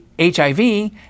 HIV